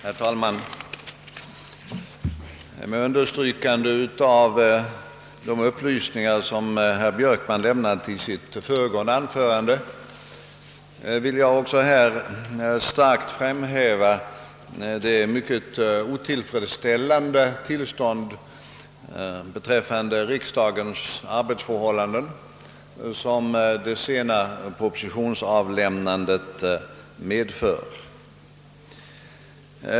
Herr talman! Med understrykande av de upplysningar som herr Björkman här lämnat vill även jag starkt framhålla det otillfredsställande tillstånd beträffande riksdagens arbetsförhållanden som det sena propositionsavlämnandet medför.